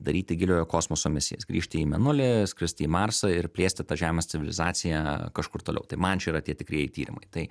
daryti giliojo kosmoso misijas grįžti į mėnulį skristi į marsą ir plėsti tą žemės civilizaciją kažkur toliau tai man čia yra tie tikrieji tyrimai tai